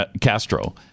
Castro